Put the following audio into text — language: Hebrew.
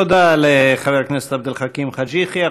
תודה לחבר הכנסת עבד אל חכים חאג' יחיא.